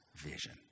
vision